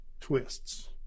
twists